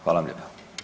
Hvala vam lijepa.